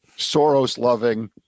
Soros-loving